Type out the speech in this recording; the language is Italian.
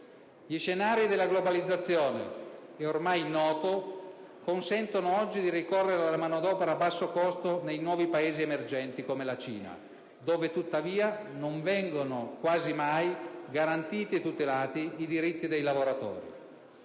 Gli scenari della globalizzazione che ormai noto consentono oggi di ricorrere alla manodopera a basso costo nei nuovi Paesi emergenti come la Cina, dove tuttavia non vengono quasi mai garantiti e tutelati i diritti dei lavoratori.